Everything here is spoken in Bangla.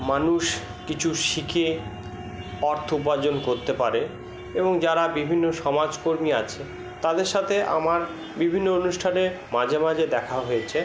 মানুষ কিছু শিখে অর্থ উপার্জন করতে পারে এবং যারা বিভিন্ন সমাজকর্মী আছে তাদের সাথে আমার বিভিন্ন অনুষ্ঠানে মাঝে মাঝে দেখা হয়েছে